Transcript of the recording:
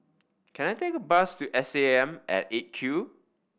can I take a bus to S A M at Eight Q